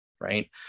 right